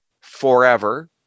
forever